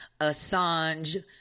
Assange